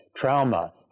trauma